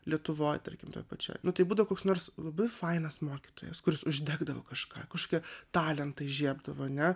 lietuvoj tarkim toj pačioj nu tai būdavo koks nors labai fainas mokytojas kuris uždegdavo kažką kažkokią talentą įžiebdavo ane